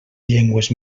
llengües